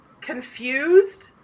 confused